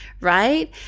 right